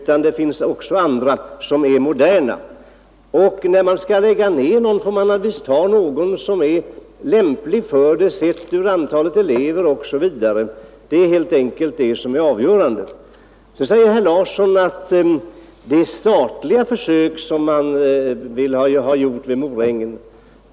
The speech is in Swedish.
När det gäller att lägga ned en skola är det avgörande helt enkelt vilken som är lämpligast sett med hänsyn till antalet elever som finns där. Herr Larsson nämner också de statliga försök som man vill göra vid Morängen.